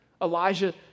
Elijah